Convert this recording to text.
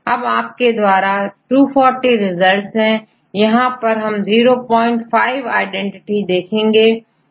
अब आपके पास 240 रिजल्ट है यहां हम 05 आईडेंटिटी देखेंगे